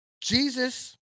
Jesus